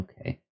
okay